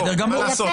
בסדר גמור.